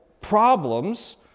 problems